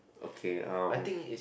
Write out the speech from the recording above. okay um